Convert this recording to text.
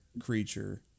creature